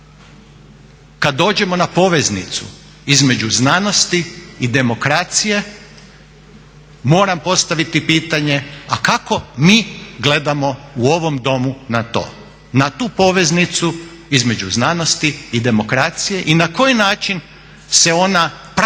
kad dođemo na poveznicu između znanosti i demokracije moram postaviti pitanje, a kako mi gledamo u ovom Domu na to? Na tu poveznicu između znanosti i demokracije? I na koji način se ona praktično